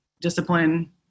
discipline